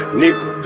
nigga